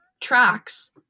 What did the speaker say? tracks